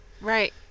Right